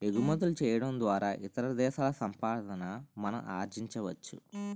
ఎగుమతులు చేయడం ద్వారా ఇతర దేశాల సంపాదన మనం ఆర్జించవచ్చు